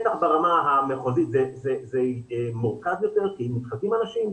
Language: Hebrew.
בטח ברמה המחוזית זה מורכב יותר כי מתחלפים אנשים,